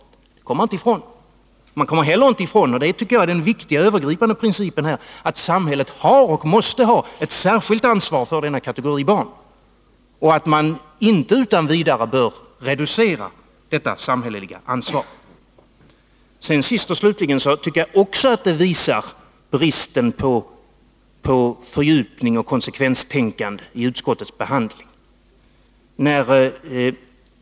Det kommer man inte ifrån. Man kommer heller inte ifrån — vilket är den viktiga, övergripande principen — att samhället har och måste ha ett särskilt ansvar för denna kategori barn. Och man bör inte utan vidare reducera detta samhälleliga ansvar. Sist och slutligen finns det ytterligare ett exempel på brist på fördjupning och konsekvent tänkande i utskottets behandling.